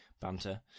banter